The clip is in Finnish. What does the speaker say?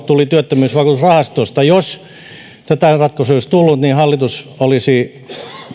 tuli työttömyysvakuutusrahastosta jos tätä ratkaisua ei olisi tullut hallitus olisi